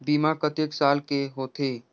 बीमा कतेक साल के होथे?